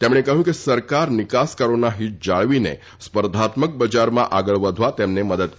તેમણે કહ્યું કે સરકાર નિકાસકારોના હિત જાળવીને સ્પર્ધાત્મક બજારમાં આગળ વધવા તેમને મદદ કરશે